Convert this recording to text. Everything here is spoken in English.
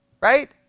right